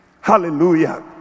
Hallelujah